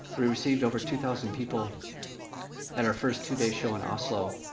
we received over two thousand people at our first two-day show in oslo,